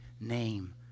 name